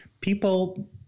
People